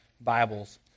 Bibles